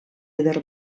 eder